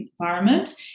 environment